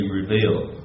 revealed